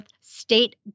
state